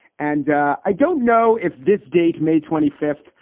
and i don't know if this date, may twenty fifth,